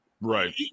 Right